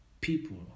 people